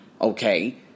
okay